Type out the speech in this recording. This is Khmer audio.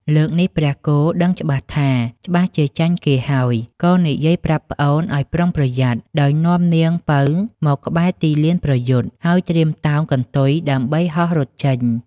លើកនេះព្រះគោដឹងច្បាស់ថាច្បាស់ជាចាញ់គេហើយក៏និយាយប្រាប់ប្អូនឲ្យប្រុងប្រយ័ត្ន ដោយនាំនាងពៅមកក្បែរទីលានប្រយុទ្ធ ហើយត្រៀមតោងកន្ទុយដើម្បីហោះរត់ចេញ។